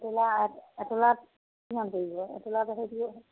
এতোলাত এতোলাত কিমান পৰিব এতোলাটো